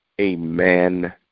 amen